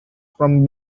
from